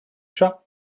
shop